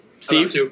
Steve